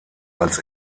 als